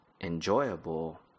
enjoyable